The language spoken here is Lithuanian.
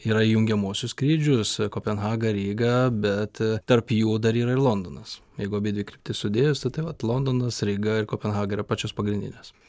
yra jungiamuosius skrydžius kopenhaga ryga bet tarp jų dar yra londonas jeigu abidvi kryptis sudėjus tai tai vat londonas ryga ir kopenhaga yra pačios pagrindinės